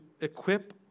equip